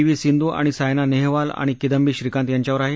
V Sindhu आणि सायना नेहवाल आणि किंदबी श्रीकांत यांच्यावर आहे